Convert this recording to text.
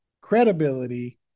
credibility